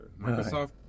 Microsoft